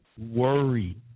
Worry